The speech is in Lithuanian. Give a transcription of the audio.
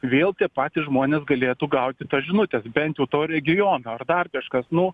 vėl tie patys žmonės galėtų gauti tas žinutes bent jau to regiono ar dar kažkas nu